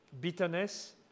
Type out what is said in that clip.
Bitterness